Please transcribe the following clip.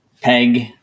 peg